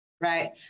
right